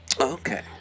Okay